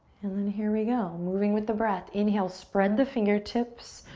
and then here we go. moving with the breath. inhale, spread the fingertips.